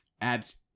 adds